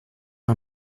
are